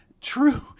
true